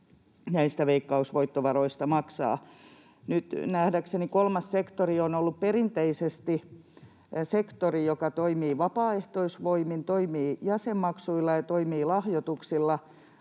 näistä veikkausvoittovaroista maksaa. Nyt nähdäkseni kolmas sektori on ollut perinteisesti sektori, joka toimii vapaaehtoisvoimin, toimii jäsenmaksuilla ja toimii lahjoituksilla,